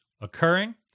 occurring